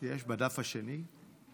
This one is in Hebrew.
בדף השני?